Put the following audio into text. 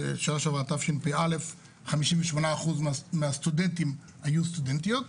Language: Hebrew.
שעברה, תשפ"א, 58% מהסטודנטים היו סטודנטיות.